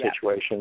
situation